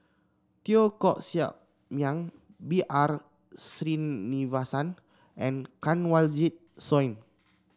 Teo Koh Sock Miang B R Sreenivasan and Kanwaljit Soin